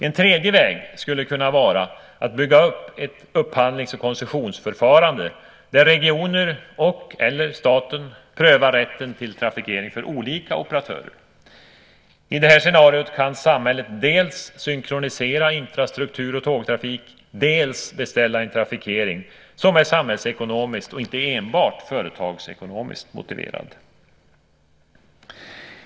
En tredje väg skulle kunna vara att bygga upp ett upphandlings och koncessionsförfarande, där regioner och staten prövar rätten till trafikering för olika operatörer. I det här scenariot kan samhället dels synkronisera infrastruktur och tågtrafik, dels beställa en trafikering som är samhällsekonomiskt och inte enbart företagsekonomiskt motiverad.